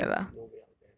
no way I'll dare